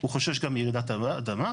הוא חושש גם מרעידת אדמה.